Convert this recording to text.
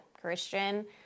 Christian